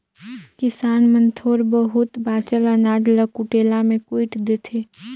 किसान मन थोर बहुत बाचल अनाज ल कुटेला मे कुइट देथे